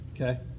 Okay